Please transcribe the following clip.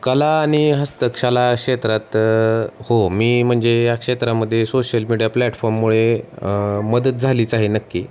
कला आणि हस्तक्षला क्षेत्रात हो मी म्हणजे या क्षेत्रामध्ये सोशल मीडिया प्लॅटफॉर्ममुळे मदत झालीच आहे नक्की